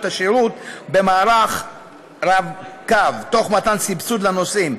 השירות במערך רב-קו תוך מתן סבסוד לנוסעים,